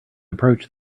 approach